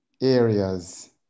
areas